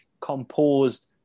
composed